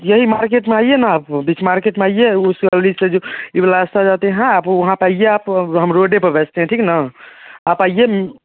यही मार्केट में आइए ना आप बीच मार्केट में आइए उस गली से जो ये वाला रास्ता जाती हैं आप वहाँ पर आइए आप हम रोड पर बैठते हैं ठीक ना आप आइए